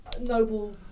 noble